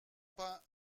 pas